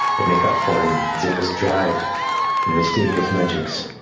they make up for in zealous drive and mysterious magics.